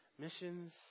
missions